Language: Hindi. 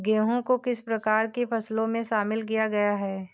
गेहूँ को किस प्रकार की फसलों में शामिल किया गया है?